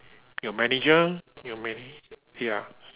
your manager your mana~ ya